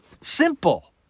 Simple